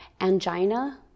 angina